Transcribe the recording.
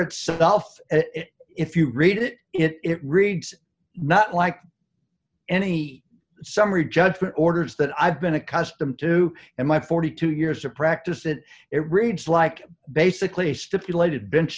itself if you read it it reads not like any summary judgment orders that i've been accustomed to in my forty two years of practice it it reads like basically stipulated bench